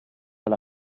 alla